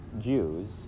Jews